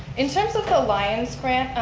in terms of the lions grant,